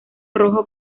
rojo